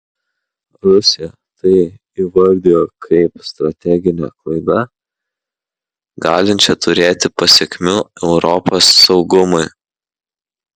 rusija tai įvardijo kaip strateginę klaidą galinčią turėti pasekmių europos saugumui